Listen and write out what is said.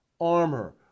armor